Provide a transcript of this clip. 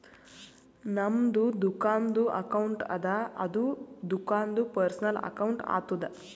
ನಮ್ದು ದುಕಾನ್ದು ಅಕೌಂಟ್ ಅದ ಅದು ದುಕಾಂದು ಪರ್ಸನಲ್ ಅಕೌಂಟ್ ಆತುದ